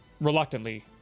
reluctantly